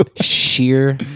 sheer